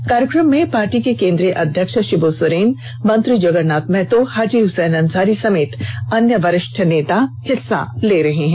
इस कार्यक्रम में पार्टी के केंद्रीय अध्यक्ष षिब् सोरेन मंत्री जगरनाथ महतो हाजी हसैन अंसारी समेत अन्य वरिष्ठ नेता हिस्सा ले रहे है